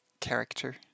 character